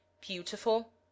beautiful